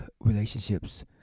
relationships